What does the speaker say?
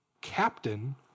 Captain